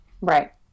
Right